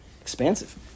Expansive